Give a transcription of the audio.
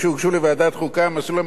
המסלול המקוצר בהוצאה לפועל